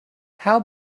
how